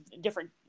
different